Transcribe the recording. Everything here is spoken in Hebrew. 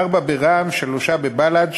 ארבעה ברע"ם ושלושה בבל"ד,